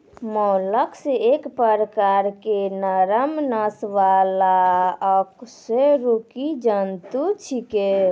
mollusc एक प्रकार के नरम नस वाला अकशेरुकी जंतु छेकै